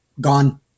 gone